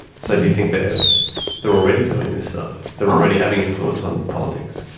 so do you think they're they're already doing this stuff, they're already having influence on politics?